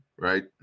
Right